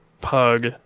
pug